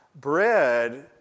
bread